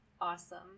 Awesome